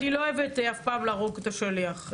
אני לא אוהבת אף פעם להרוג את השליח,